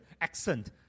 accent